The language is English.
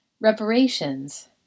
Reparations